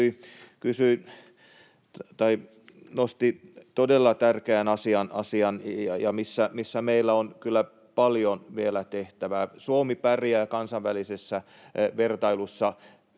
nosti todella tärkeän asian, missä meillä on kyllä paljon vielä tehtävää. Suomi pärjää kansainvälisessä vertailussa